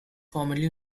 formerly